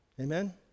Amen